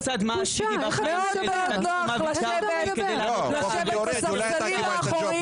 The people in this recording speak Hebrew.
מאוד נוח לשבת בספסלים האחוריים